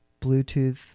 Bluetooth